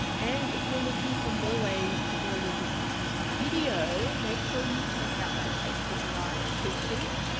and if you're looking for more ways to grow your business using video, make sure you check out my facebook live cheat sheets.